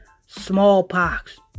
Smallpox